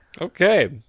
Okay